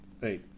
Hey